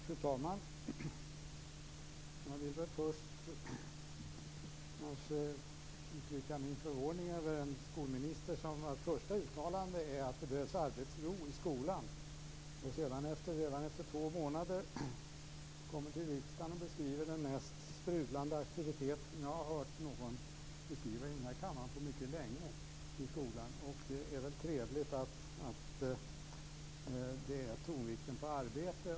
Fru talman! Jag vill först uttrycka min förvåning över en skolminister vars första uttalande var att det behövs arbetsro i skolan, och som sedan redan efter två månader kommer till riksdagen och beskriver den mest sprudlande aktivitet i skolan jag har hört någon beskriva i denna kammare på mycket länge. Det är trevligt att tonvikten läggs på arbete.